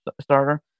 starter